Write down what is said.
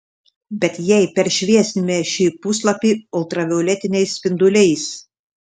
bet jei peršviesime šį puslapį ultravioletiniais spinduliais